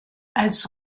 als